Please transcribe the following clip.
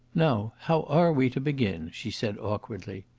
now, how are we to begin? she said awkwardly.